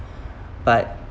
but